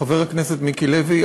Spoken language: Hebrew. חבר הכנסת מיקי לוי,